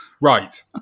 Right